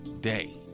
day